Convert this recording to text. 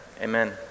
amen